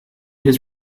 his